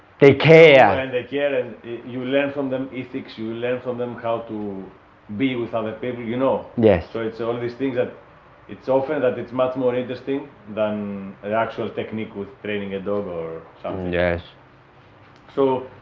they care and they care and you learn from them ethics you learn from them how to be with other people, you know? yes so it's all these things that it's often that it's much more interesting than an actual technique with training a dog or something yes so